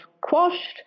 quashed